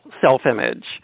self-image